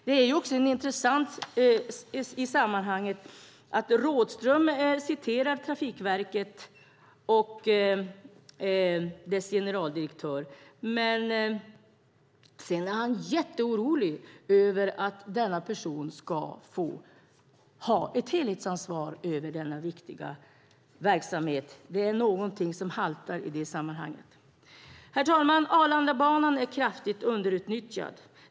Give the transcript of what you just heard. Det är intressant i sammanhanget att Rådhström citerar Trafikverket och dess generaldirektör, men är orolig över att denna person ska få ha ett helhetsansvar för denna viktiga verksamhet. Det är något som haltar. Herr talman! Arlandabanan är kraftigt underutnyttjad.